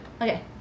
Okay